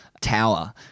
tower